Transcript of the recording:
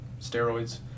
steroids